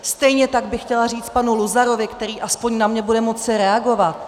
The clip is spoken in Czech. Stejně tak bych chtěla říct panu Luzarovi, který aspoň na mě bude moci reagovat.